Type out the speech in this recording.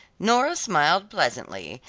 nora smiled pleasantly,